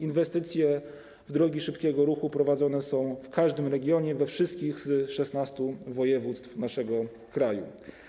Inwestycje w drogi szybkiego ruchu prowadzone są w każdym regionie, we wszystkich 16 województwach naszego kraju.